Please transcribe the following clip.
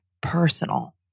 personal